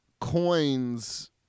coins